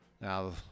now